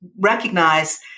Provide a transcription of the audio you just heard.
recognize